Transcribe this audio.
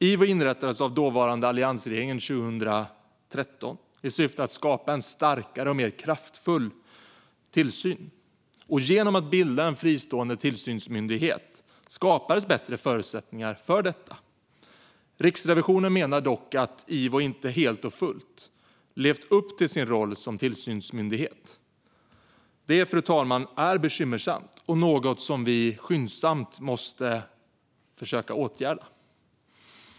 IVO inrättades av den dåvarande alliansregeringen 2013 i syfte att skapa en starkare och mer kraftfull tillsyn. Genom bildandet av en fristående inspektionsmyndighet skapade man bättre förutsättningar för detta. Riksrevisionen menar dock att IVO inte helt och fullt har levt upp till sin roll som tillsynsmyndighet. Det, fru talman, är bekymmersamt och något som vi skyndsamt måste försöka åtgärda.